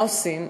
מה עושים?